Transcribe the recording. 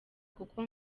kuko